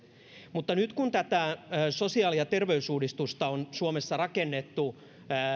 mutta nyt kun tätä sosiaali ja terveysuudistusta on suomessa rakennettu